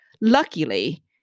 luckily